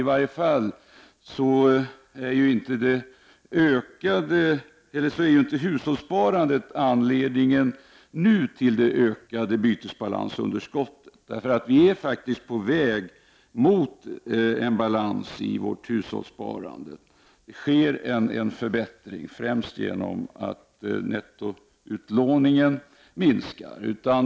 I varje fall är ju inte hushållssparandet anledningen nu till det ökade bytesbalansunderskottet, för vi är faktiskt på väg mot en balans i vårt hushållssparande. Det sker en förbättring, främst genom att nettoutlåningen minskar.